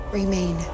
remain